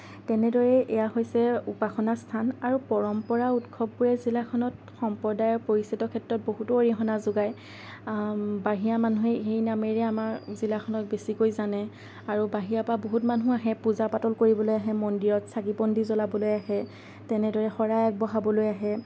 তেনেদৰে এয়া হৈছে উপাসনা স্থান আৰু পৰম্পৰা উৎসৱবোৰ এই জিলাখনত সম্প্ৰদায়ৰ পৰিচিত ক্ষেত্ৰত বহুতো অৰিহণা যোগায় বাহিৰা মানুহে এই নামেৰে আমাৰ জিলাখনক বেছিকৈ জানে আৰু বাহিৰ পা বহুত মানুহ আহে পূজা পাতল কৰিবলৈ আহে মন্দিৰত চাকি বন্তি জলাবলৈ আহে তেনেদৰে শৰাই আগবঢ়াবলৈ আহে